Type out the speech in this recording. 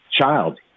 child